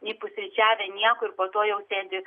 nei pusryčiavę niek ir po to jau sėdi